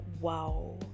Wow